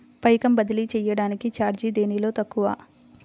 పైకం బదిలీ చెయ్యటానికి చార్జీ దేనిలో తక్కువ?